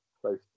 close